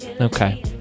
Okay